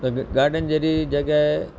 garden जहिड़ी जॻह